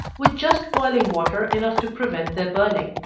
with just boiling water enough to prevent their burning,